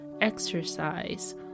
exercise